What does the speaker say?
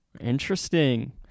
Interesting